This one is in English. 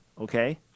okay